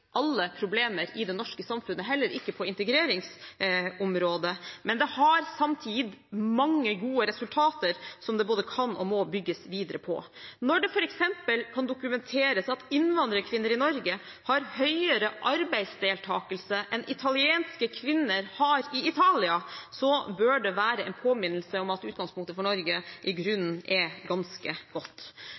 alle problemer i det norske samfunnet, heller ikke på integreringsområdet, men den har gitt mange gode resultater som det både kan og må bygges videre på. Når det f.eks. kan dokumenteres at innvandrerkvinner i Norge har høyere arbeidsdeltakelse enn det italienske kvinner har i Italia, bør det være en påminnelse om at utgangspunktet for Norge i grunnen er ganske godt.